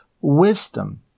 wisdom